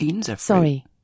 Sorry